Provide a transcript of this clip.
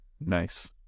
Nice